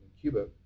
Cuba